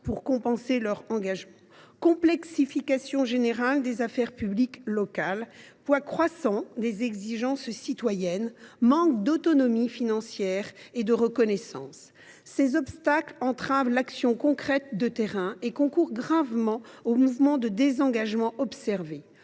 pour compenser leur engagement, complexification générale des affaires publiques locales, poids croissant des exigences citoyennes, manque d’autonomie financière et de reconnaissance. Ces obstacles entravent l’action concrète de terrain et concourent gravement au mouvement de désengagement observé.